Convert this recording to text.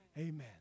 Amen